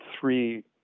three